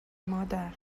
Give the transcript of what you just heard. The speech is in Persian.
مادر